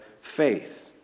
faith